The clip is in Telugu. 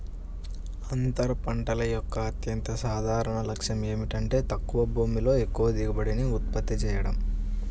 అంతర పంటల యొక్క అత్యంత సాధారణ లక్ష్యం ఏమిటంటే తక్కువ భూమిలో ఎక్కువ దిగుబడిని ఉత్పత్తి చేయడం